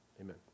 Amen